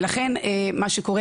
לכן מה שקורה,